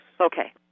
Okay